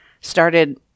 started